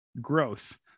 growth